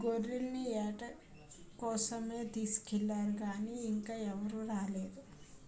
గొర్రెల్ని ఏట కోసమే తీసుకెల్లారు గానీ ఇంకా ఎవరూ రాలేదు